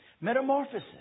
Metamorphosis